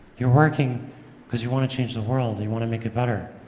you're working because you want to change the world. you want to make it better.